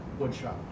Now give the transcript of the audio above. woodshop